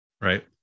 right